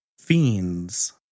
Fiends